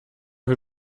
wir